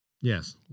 Yes